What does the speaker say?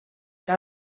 que